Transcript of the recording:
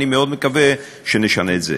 ואני מאוד מקווה שנשנה את זה.